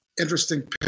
interesting